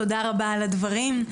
תודה רבה על הדברים.